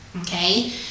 okay